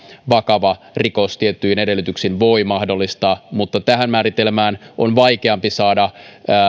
vakava rikos tietyin edellytyksin voi tämän mahdollistaa mutta tähän määritelmään on vaikeampi saada sitten